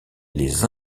les